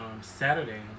Saturday